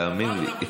תאמין לי.